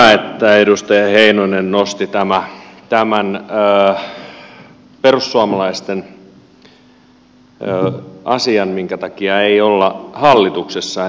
onpa hyvä että edustaja heinonen nosti tämän perussuomalaisten asian minkä takia ei olla hallituksessa